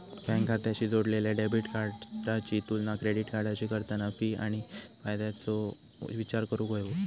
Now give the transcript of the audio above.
bank खात्याशी जोडलेल्या debit कार्डाची तुलना क्रेडिट कार्डाशी करताना फी आणि फायद्याचो विचार करूक हवो